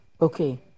Okay